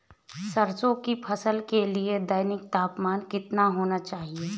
सरसों की फसल के लिए दैनिक तापमान कितना होना चाहिए?